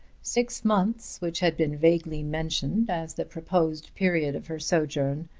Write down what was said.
six months, which had been vaguely mentioned as the proposed period of her sojourn,